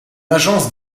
agence